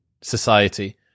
society